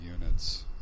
units